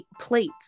plate